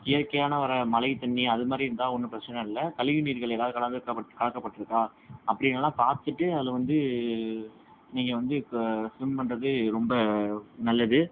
இயற்கையான வர மழைத் தண்ணி அது மாதிரி இருந்தால் ஒன்றும் பிரச்சனை இல்லை கழிவு நீர்கள் எதாவது கலந்திருக்க கலக்கப்பட்டிருக்கா அப்படின்னெல்லாம் பார்த்துட்டு அதில் வந்து நீங்கள் வந்து இப்போ ஸ்விம் பண்ணுறது ரொம்ப நல்லது